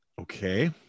Okay